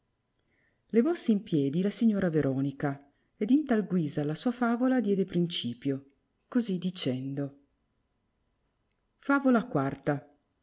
enimma levossi in piedi la signora veronica ed in tal guisa alla sua favola diede principio così dicendo favola